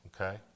Okay